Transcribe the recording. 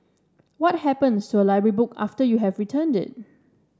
what happens to a library book after you have returned it